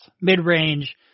mid-range